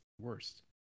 Worst